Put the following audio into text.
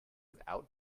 without